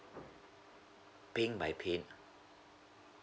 paying by P_I_N